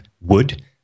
wood